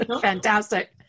Fantastic